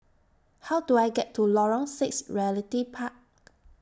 How Do I get to Lorong six Realty Park